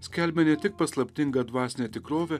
skelbia ne tik paslaptingą dvasinę tikrovę